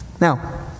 now